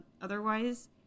otherwise